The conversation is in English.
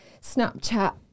Snapchat